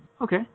Okay